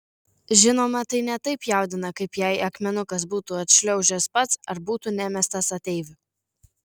žinoma tai ne taip jaudina kaip jei akmenukas būtų atšliaužęs pats ar būtų nemestas ateivių